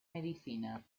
medicina